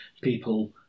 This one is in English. people